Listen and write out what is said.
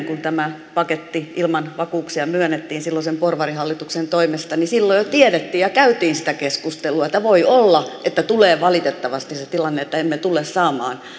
kun tämä paketti ilman vakuuksia myönnettiin silloisen porvarihallituksen toimesta jo tiedettiin ja käytiin sitä keskustelua että voi olla että tulee valitettavasti se tilanne että emme tule saamaan